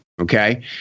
Okay